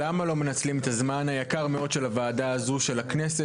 למה לא מנצלים את הזמן היקר מאוד של הוועדה הזו ושל הכנסת